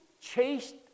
chased